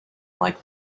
like